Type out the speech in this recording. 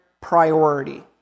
priority